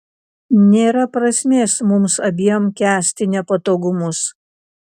nėra prasmės mums abiem kęsti nepatogumus